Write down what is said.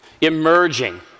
emerging